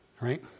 right